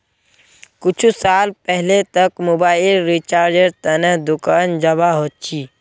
कुछु साल पहले तक मोबाइल रिचार्जेर त न दुकान जाबा ह छिले